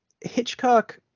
Hitchcock